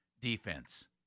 defense